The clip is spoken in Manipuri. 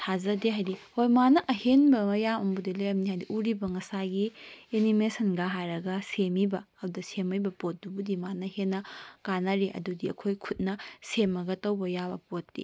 ꯊꯥꯖꯗꯦ ꯍꯥꯏꯗꯤ ꯍꯣꯏ ꯃꯥꯅ ꯑꯍꯦꯟꯕ ꯃꯌꯥꯝꯕꯨꯗꯤ ꯂꯩꯔꯝꯅꯤ ꯍꯥꯏꯗꯤ ꯎꯔꯤꯕ ꯉꯁꯥꯏꯒꯤ ꯑꯦꯅꯤꯃꯦꯁꯟꯗ ꯍꯥꯏꯔꯒ ꯁꯦꯝꯃꯤꯕ ꯑꯗꯨꯗ ꯁꯦꯝꯃꯛꯏꯕ ꯄꯣꯠꯇꯨꯕꯨꯗꯤ ꯃꯥꯅ ꯍꯦꯟꯅ ꯀꯥꯅꯔꯤ ꯑꯗꯨꯗꯤ ꯑꯩꯈꯣꯏ ꯈꯨꯠꯅ ꯁꯦꯝꯃꯒ ꯇꯧꯕ ꯌꯥꯕ ꯄꯣꯠꯇꯤ